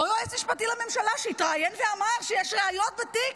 אותו יועץ משפטי לממשלה שהתראיין ואמר שיש ראיות בתיק,